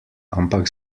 ampak